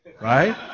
Right